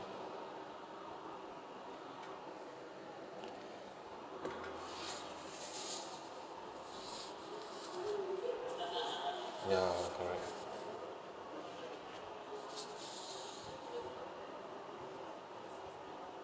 ya correct